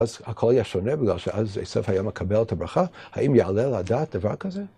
‫אז הכל יהיה שונה, ‫בגלל שאז יוסף היה מקבל את הברכה? ‫האם יעלה על הדעת דבר כזה?